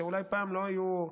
שאולי פעם לא היו,